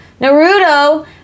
Naruto